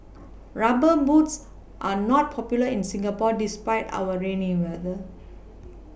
rubber boots are not popular in Singapore despite our rainy weather